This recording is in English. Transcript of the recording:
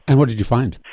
and what did you find?